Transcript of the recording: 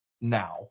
now